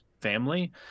family